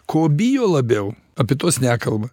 ko bijo labiau apie tuos nekalba